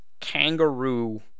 kangaroo